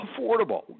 affordable